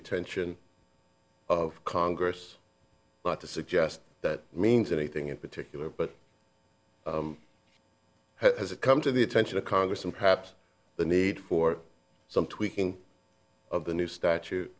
attention of congress to suggest that means anything in particular but has it come to the attention of congress and perhaps the need for some tweaking of the new